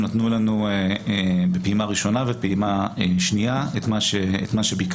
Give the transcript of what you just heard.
הם נתנו לנו בפעימה ראשונה ופעימה שנייה את מה שביקשנו,